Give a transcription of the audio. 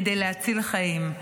כדי להציל חיים.